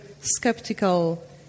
skeptical